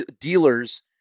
dealers